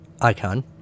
icon